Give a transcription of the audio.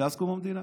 מאז קום המדינה.